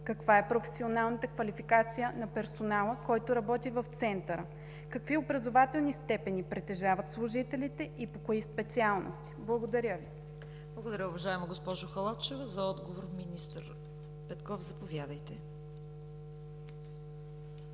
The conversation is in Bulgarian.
каква е професионалната квалификация на персонала, който работи в Центъра? Какви образователни степени притежават служителите и по кои специалности? Благодаря Ви. ПРЕДСЕДАТЕЛ ЦВЕТА КАРАЯНЧЕВА: Благодаря Ви, уважаема госпожо Халачева. За отговор – министър Петков, заповядайте.